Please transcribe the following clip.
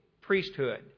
priesthood